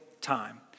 time